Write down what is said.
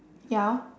ya lor